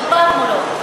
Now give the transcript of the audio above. רובן מורות.